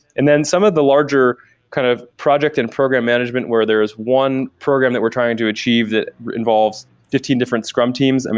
and then some of the larger kind of project and program management where there is one program that we're trying to achieve that involves fifteen different scrum teams. and